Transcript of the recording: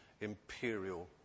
imperial